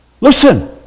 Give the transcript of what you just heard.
listen